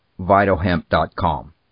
vitalhemp.com